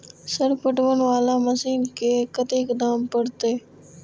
Sir पटवन वाला machine के कतेक दाम परतें?